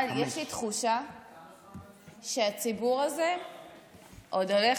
אבל יש לי תחושה שהציבור הזה עוד הולך